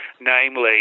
namely